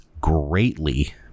greatly